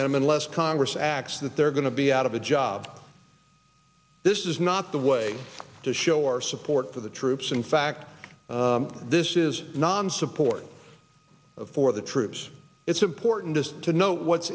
them unless congress acts that they're going to be out of a job this is not the way to show our support for the troops in fact this is non support for the troops it's important to know what's